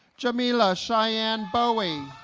jameelia chiann bowie